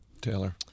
Taylor